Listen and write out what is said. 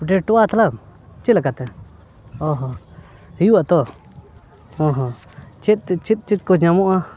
ᱞᱮᱴᱚᱜᱼᱟ ᱢᱟᱛᱞᱟᱵ ᱪᱮᱫ ᱞᱮᱠᱟᱛᱮ ᱚᱻ ᱦᱚᱸ ᱦᱩᱭᱩᱜ ᱛᱚ ᱦᱚᱸ ᱦᱚᱸ ᱪᱮᱫ ᱪᱮᱫ ᱪᱮᱫ ᱠᱚ ᱧᱟᱢᱚᱜᱼᱟ